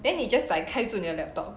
then 你 just like 开住你的 laptop